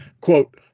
quote